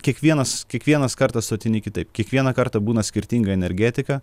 kiekvienas kiekvienas kartas tu ateini kitaip kiekvieną kartą būna skirtinga energetika